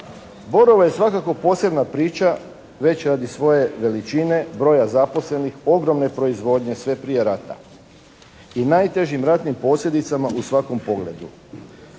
"Borovo" je svakako posebna priča već radi svoje veličine, broja zaposlenih, ogromne proizvodnje sve prije rata i najtežim ratnim posljedicama u svakom pogledu.